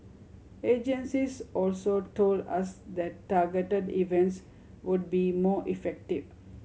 agencies also told us that targeted events would be more effective